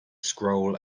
scroll